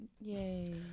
Yay